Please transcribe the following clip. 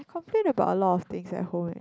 complain about a lot of things at home